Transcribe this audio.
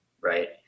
right